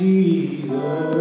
Jesus